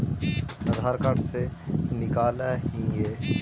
आधार card से निकाल हिऐ?